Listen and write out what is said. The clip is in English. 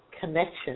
connection